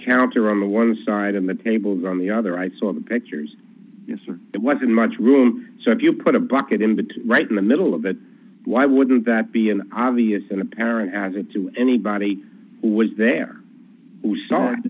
character on the one side and the tables on the other i saw the pictures it wasn't much room so if you put a bucket in the right in the middle of it why wouldn't that be an obvious and apparent as it to anybody who was there who start